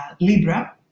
Libra